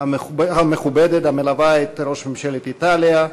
המכובדת המלווה את ראש ממשלת איטליה,